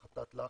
הפחתת לחץ.